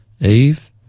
Eve